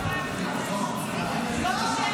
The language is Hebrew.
אדוני השר,